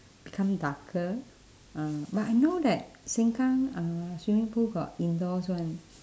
become darker ah but I know that sengkang uh swimming pool got indoors one